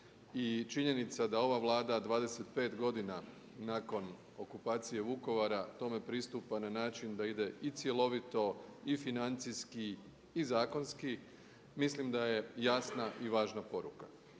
I činjenica da ova Vlada 25 godina nakon okupacije Vukovara tome pristupa na način da ide i cjelovito i financijski i zakonski, mislim da je jasna i važna poruka.